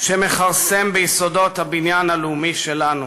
שמכרסם ביסודות הבניין הלאומי שלנו.